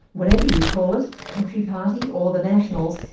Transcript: whatever you call it, country party or the nationals,